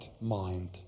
mind